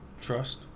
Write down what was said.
Trust